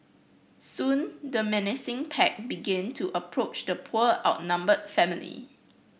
soon the menacing pack began to approach the poor outnumbered family